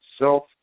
self